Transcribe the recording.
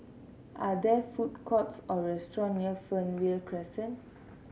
are there food courts or restaurant near Fernvale Crescent